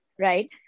right